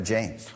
James